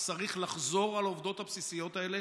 אז צריך לחזור על העובדות הבסיסיות האלה